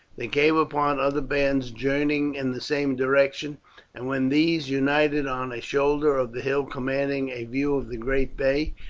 they came upon other bands journeying in the same direction and when these united on a shoulder of the hill commanding a view of the great bay,